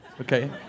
Okay